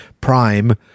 Prime